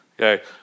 Okay